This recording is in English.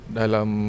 dalam